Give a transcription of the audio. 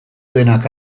denak